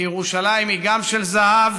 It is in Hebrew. כי ירושלים היא גם של זהב,